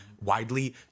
widely